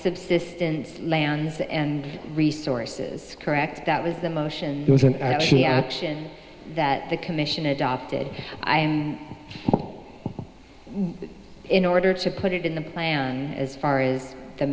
subsistence lands and resources correct that was the motion it was an action that the commission adopted in order to put it in the plan as far as the